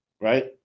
right